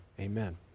Amen